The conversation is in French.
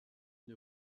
une